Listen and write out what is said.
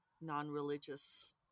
non-religious